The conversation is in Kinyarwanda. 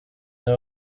niwe